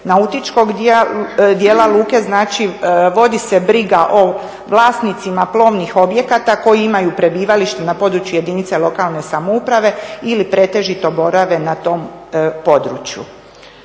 nautičkog dijela luke. Znači vodi se briga o vlasnicima plovnih objekata koji imaju prebivalište na područje jedinice lokalne samouprave ili pretežito borave na tom području.